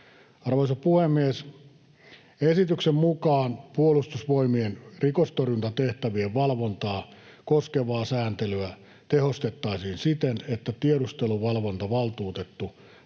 Arvoisa puhemies! Esityksen mukaan Puolustusvoimien rikostorjuntatehtävien valvontaa koskevaa sääntelyä tehostettaisiin siten, että tiedusteluvalvontavaltuutettu